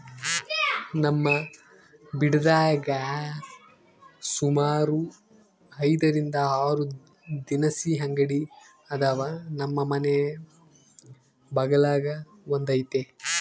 ನಮ್ ಬಿಡದ್ಯಾಗ ಸುಮಾರು ಐದರಿಂದ ಆರು ದಿನಸಿ ಅಂಗಡಿ ಅದಾವ, ನಮ್ ಮನೆ ಬಗಲಾಗ ಒಂದೈತೆ